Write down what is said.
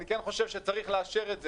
אני כן חושב שצריך לאשר את זה,